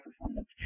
performance